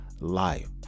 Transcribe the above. life